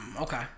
Okay